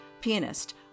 pianist